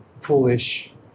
foolish